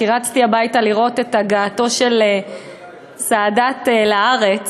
כי רצתי הביתה לראות את הגעתו של סאדאת לארץ.